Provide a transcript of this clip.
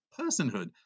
personhood